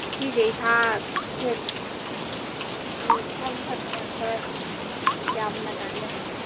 ꯁꯤ ꯃꯈꯩ ꯌꯥꯝꯅ ꯀꯥꯟꯅꯩ